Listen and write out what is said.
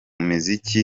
muziki